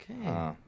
Okay